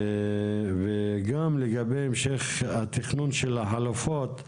גם לגבי המשך התכנון של החלופות,